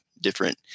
different